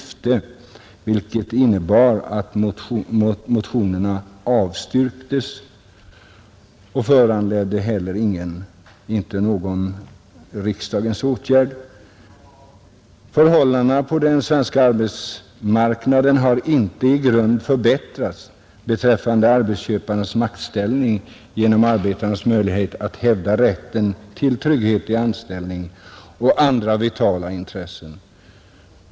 Förhållandena på den svenska arbetsmarknaden har inte i grunden förändrats beträffande arbetsköparnas maktställning gentemot arbetarnas möjligheter att hävda rätten till trygghet i anställningen och andra vitala intressen.